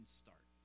start